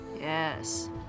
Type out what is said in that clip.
Yes